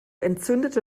entzündete